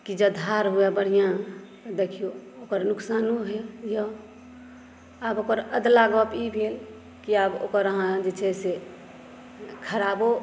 कि जॅं धार होअए बढ़िऑं देखियौ ओकर नुकसानो होइया आब ओकर अधलाह गप ई भेल कि आब ओकर अहाँ जे छै से खराबो